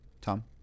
Tom